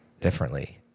differently